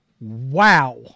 Wow